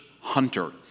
hunter